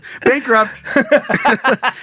Bankrupt